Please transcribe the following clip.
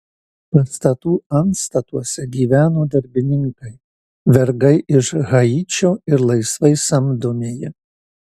pastatų antstatuose gyveno darbininkai vergai iš haičio ir laisvai samdomieji